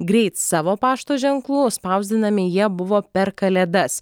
greit savo pašto ženklų spausdinami jie buvo per kalėdas